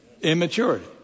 Immaturity